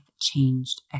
changed